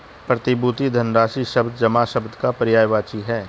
प्रतिभूति धनराशि शब्द जमा शब्द का पर्यायवाची है